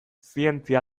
zientzia